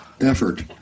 effort